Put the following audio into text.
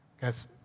guys